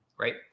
right